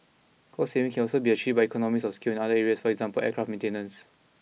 cost savings can also be achieved by economies of scale in other areas for example aircraft maintenance